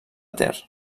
ter